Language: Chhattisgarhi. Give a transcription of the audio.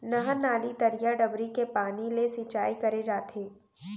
नहर, नाली, तरिया, डबरी के पानी ले सिंचाई करे जाथे